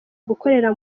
gukorera